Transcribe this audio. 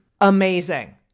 amazing